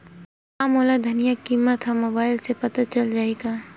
का मोला धनिया किमत ह मुबाइल से पता चल जाही का?